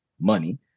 money